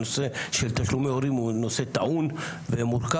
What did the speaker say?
הנושא של תשלומי הורים הוא נושא טעון ומורכב.